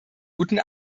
guten